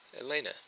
Elena